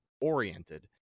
oriented